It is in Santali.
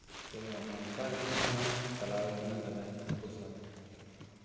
ᱛᱚ ᱱᱚᱝᱠᱟᱜᱮ ᱢᱤᱫᱫᱷᱟᱣ ᱪᱟᱞᱟᱣ ᱠᱟᱱᱟ ᱜᱟᱰᱟ ᱦᱟ ᱠᱩ ᱥᱟᱵ ᱛᱚ